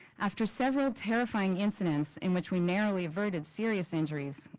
after several terrifying incidents in which we narrowly averted serious injuries,